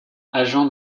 agent